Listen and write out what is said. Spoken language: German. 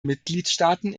mitgliedstaaten